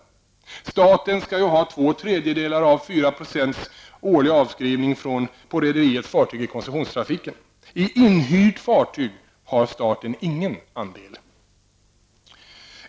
Staten skall ju ha 2/3 av 4 % årlig avskrivning på rederiets fartyg i koncessionsflottan. I inhyrt fartyg har staten ingen andel.